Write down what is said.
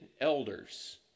elders